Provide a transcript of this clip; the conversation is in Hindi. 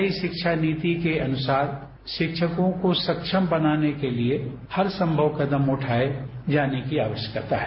नई शिक्षा नीति के अनुसार शिक्षकों को सक्षम बनाने के लिए हरसंभव कदम उठाए जाने की आवश्यकता है